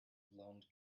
blonde